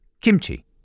kimchi